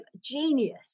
genius